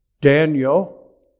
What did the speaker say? Daniel